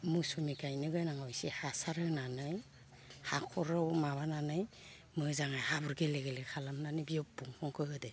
मौसुमि गायनो गोनाङाव एसे हासार होनानै हाखराव माबानानै मोजाङै हाब्रु गेले गेले खालामनानै बियाव बंफांखो होदो